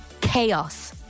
CHAOS